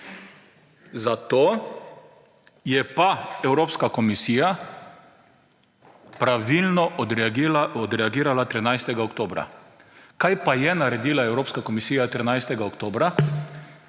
Zato je pa Evropska komisija pravilno odreagirala 13. oktobra. Kaj pa je naredila Evropska komisija 13. oktobra?